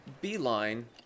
beeline